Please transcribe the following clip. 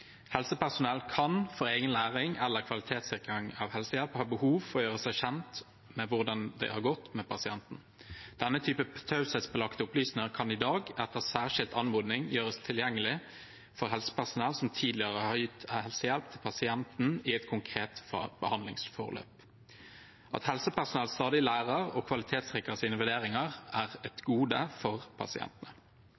Helsepersonell kan for egen læring eller kvalitetssikring av helsehjelp ha behov for å gjøre seg kjent med hvordan det har gått med pasienten. Denne typen taushetsbelagte opplysninger kan i dag etter særskilt anmodning gjøres tilgjengelig for helsepersonell som tidligere har gitt helsehjelp til pasienten i et konkret behandlingsforløp. At helsepersonell stadig lærer og kvalitetssikrer sine vurderinger, er et